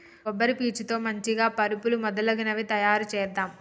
కొబ్బరి పీచు తో మంచిగ పరుపులు మొదలగునవి తాయారు చేద్దాం